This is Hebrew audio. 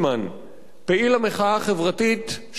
פעיל המחאה החברתית שהצית את עצמו.